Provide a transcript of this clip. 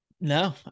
No